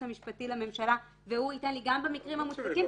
המשפטי לממשלה והוא ייתן לי גם במקרים המוצדקים,